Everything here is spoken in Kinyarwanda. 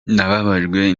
nababajwe